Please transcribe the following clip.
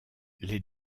les